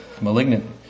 malignant